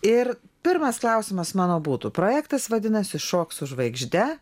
ir pirmas klausimas mano būtų projektas vadinasi šok su žvaigžde